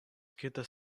kitas